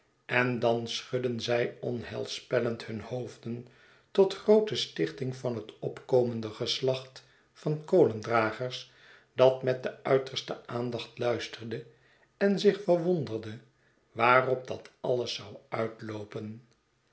en dan schudden zij onheilspellend hunne hoofden tot groote stichting van het opkomende geslacht van kolendragers dat met de uiterste aandacht luisterde en zich verwonderde waarop dat ailes zou uitloopen